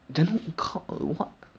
just that I got the ankle brake in front